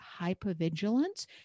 hypervigilance